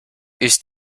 ist